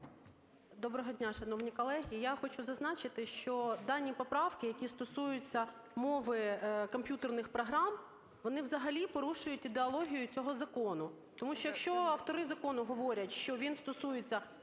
Доброго дня, шановні колеги. Я хочу зазначити, що дані поправки, які стосуються мови комп'ютерних програм, вони взагалі порушують ідеологію цього закону, тому що якщо автори закону говорять, що він стосується